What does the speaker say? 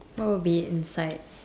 what would be inside